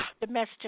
domestic